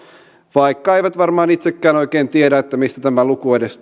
vaikka eivät varmaan itsekään oikein tiedä mistä tämä luku edes